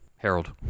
Harold